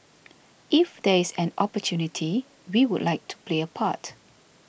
if there is an opportunity we would like to play a part